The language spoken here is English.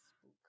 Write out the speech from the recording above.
Spook